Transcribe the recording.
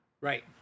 Right